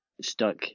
stuck